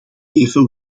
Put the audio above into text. even